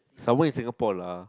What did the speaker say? someone in Singapore lah